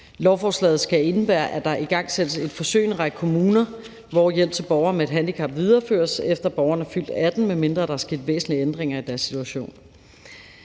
Lovforslaget skal indebære, at der igangsættes et forsøg i en række kommuner, hvor hjælp til borgere med et handicap videreføres, efter at borgeren er fyldt 18 år, medmindre der er sket væsentlige ændringer i deres situation.